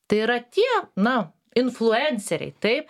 tai yra tie na influenceriai taip